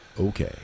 Okay